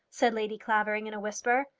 said lady clavering in a whisper.